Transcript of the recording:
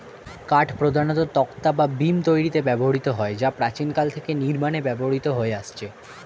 কাঠ প্রধানত তক্তা বা বিম তৈরিতে ব্যবহৃত হয় যা প্রাচীনকাল থেকে নির্মাণে ব্যবহৃত হয়ে আসছে